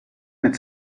mit